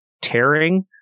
tearing